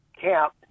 camp